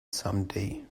someday